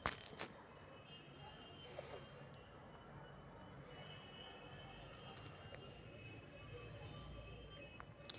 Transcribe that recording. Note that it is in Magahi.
बैंक गाहक के बाकि कर्जा कें जचाई करे के लेल हुनकर साख इतिहास के जाचल जाइ छइ